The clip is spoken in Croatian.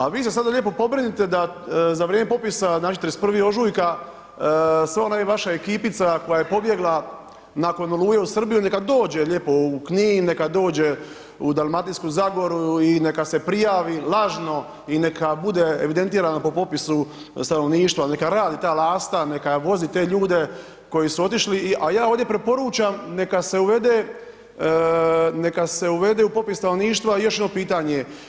A vi se sada lijepo pobrinite da za vrijeme popisa, znači 31. ožujka, sva ona vaša ekipica koja je pobjegla nakon Oluje u Srbiju, neka dođe lijepo u Knin, neka dođe u Dalmatinsku zagoru i neka se prijavi lažno i neka bude evidentirano po popisu stanovništva, neka radi ta Lasta, neka vozi te ljude koji su otišli, a ja ovdje preporučam, neka se uvede u popis stanovništva još jedno pitanje.